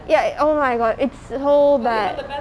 ya oh my god it's so bad